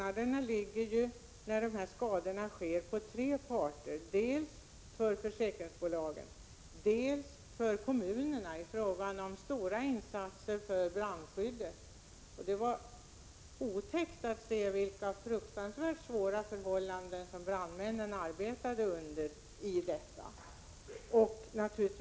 När dessa skador har inträffat medför det kostnader för tre parter. För det första drabbas försäkringsbolagen. För det andra berörs kommunerna — som gör stora insatser för brandskyddet. Det var otäckt att se vilka fruktansvärt svåra förhållanden brandmännen arbetar under i dessa sammanhang.